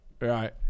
right